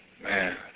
Man